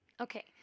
Okay